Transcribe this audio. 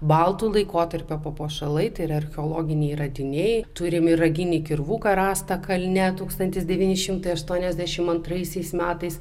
baltų laikotarpio papuošalai tai yra archeologiniai radiniai turim ir raginį kirvuką rastą kalne tūkstantis devyni šimtai aštuoniasdešimt antraisiais metais